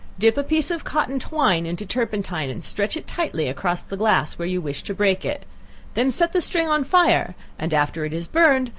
dip a piece of cotton twine into turpentine, and stretch it tightly across the glass where you wish to break it then set the string on fire, and after it is burned,